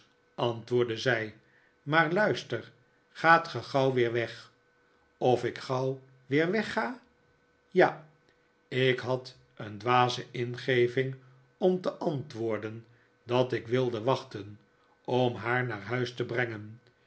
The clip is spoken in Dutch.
antwoordde zij maar luister gaat ge gauw weer weg of ik gauw weer weg ga ja ik had een dwaze ingeving om te antwoorden dat ik wilde wachten om haar naar huis te brengen